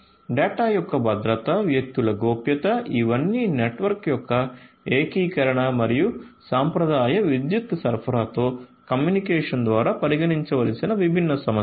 data యొక్క భద్రత వ్యక్తుల గోప్యత ఇవన్నీ నెట్వర్క్ యొక్క ఏకీకరణ మరియు సాంప్రదాయ విద్యుత్ సరఫరాతో కమ్యూనికేషన్ ద్వారా పరిగణించవలసిన విభిన్న సమస్యలు